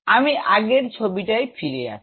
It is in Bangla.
আমি আগের ছবিটায় ফিরে আসি